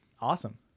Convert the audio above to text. awesome